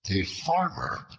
a farmer,